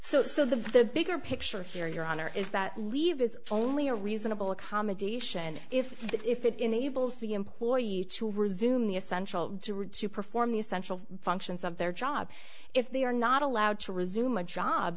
so the bigger picture here your honor is that leave is only a reasonable accommodation if if it enables the employee to resume the essential drew to perform the essential functions of their job if they are not allowed to resume a job